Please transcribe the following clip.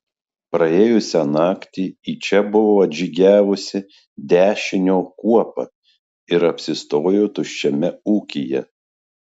praėjusią naktį į čia buvo atžygiavusi dešinio kuopa ir apsistojo tuščiame ūkyje